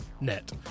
net